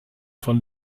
von